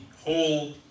whole